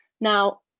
Now